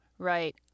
Right